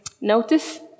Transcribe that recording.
notice